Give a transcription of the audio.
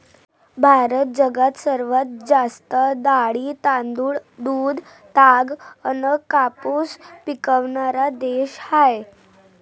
भारत जगात सर्वात जास्त डाळी, तांदूळ, दूध, ताग अन कापूस पिकवनारा देश हाय